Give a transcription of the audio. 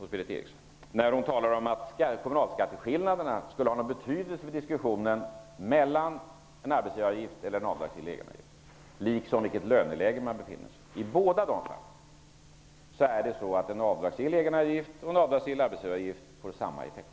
Hon talar om att kommunalskatteskillnaderna, liksom vilket löneläge man befinner sig i, skulle ha någon betydelse i diskussionen om det skall vara en arbetsgivaravgift eller en avdragsgill egenavgift. I båda dessa fall blir det samma effekt.